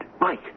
Mike